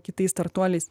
kitais startuoliais